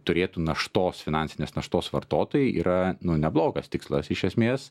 turėtų naštos finansinės naštos vartotojai yra nu neblogas tikslas iš esmės